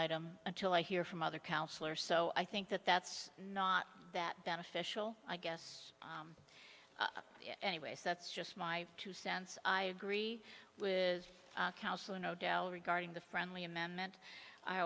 item until i hear from other councilor so i think that that's not that beneficial i guess anyways that's just my two cents i agree with counsel and odell regarding the friendly amendment i